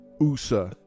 USA